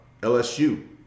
LSU